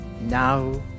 Now